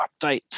update